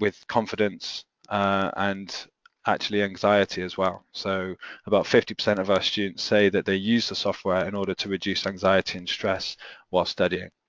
with confidence and actually anxiety as well, so about fifty percent of our students say that they use the software in order to reduce anxiety and stress while studying.